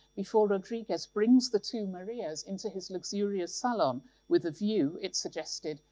before rodriguez brings the two maria's into his luxurious salon with a view, it's suggested,